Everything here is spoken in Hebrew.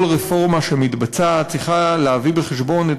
כל רפורמה שמתבצעת צריכה להביא בחשבון את